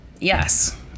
yes